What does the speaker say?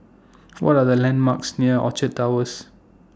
What Are The landmarks near Orchard Towers